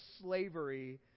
slavery